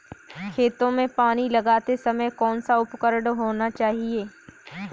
खेतों में पानी लगाते समय कौन सा उपकरण होना चाहिए?